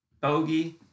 Bogey